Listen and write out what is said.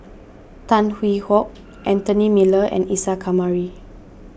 Tan Hwee Hock Anthony Miller and Isa Kamari